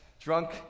drunk